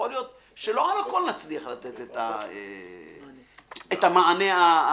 יכול להיות שלא על כל נצליח לתת את המענה האופטימלי,